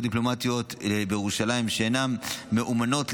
דיפלומטיות בירושלים שאינן מואמנות לישראל.